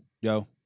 Yo